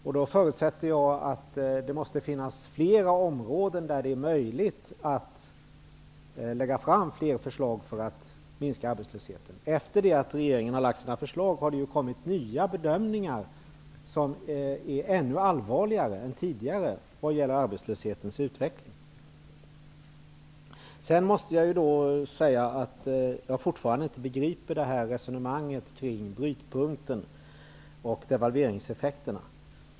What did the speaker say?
Jag förutsätter därför att det måste finnas ytterligare områden där det är möjligt att lägga fram fler förslag för att minska arbetslösheten. Efter det att regeringen har lagt fram sina förslag har det ju kommit nya bedömningar som är ännu allvarligare än tidigare när det gäller arbetslöshetens utveckling. Jag begriper fortfarande inte resonemanget kring brytpunkten och devalveringseffekterna.